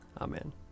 Amen